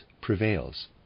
prevails